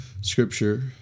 scripture